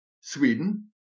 Sweden